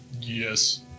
Yes